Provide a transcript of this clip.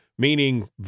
meaning